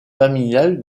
familial